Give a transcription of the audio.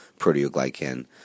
proteoglycan